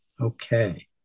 Okay